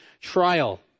trial